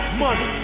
money